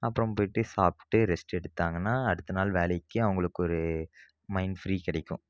அப்புறம் போய்விட்டு சாப்பிட்டு ரெஸ்ட் எடுத்தாங்கன்னால் அடுத்த நாள் வேலைக்கு அவங்களுக்கு ஒரு மைண்ட் ஃப்ரீ கிடைக்கும்